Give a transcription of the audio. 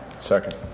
Second